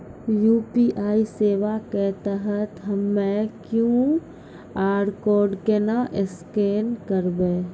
UPI सेवा के तहत हम्मय क्यू.आर कोड केना स्कैन करबै?